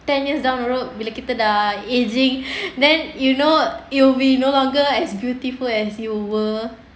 ten years down the road bila kita dah ageing then you know it'll be no longer as beautiful as you were